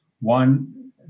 one